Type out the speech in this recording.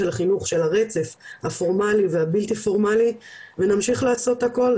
של החינוך של הרצף הפורמאלי והבלתי פורמאלי ונמשיך לעשות הכול,